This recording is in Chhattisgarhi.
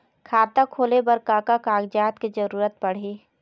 खाता खोले बर का का कागजात के जरूरत पड़ही?